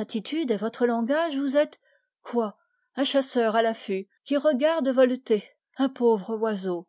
attitude et votre langage vous êtes quoi un chasseur à l'affût qui regarde voleter un pauvre oiseau